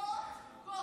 גוֹטליב.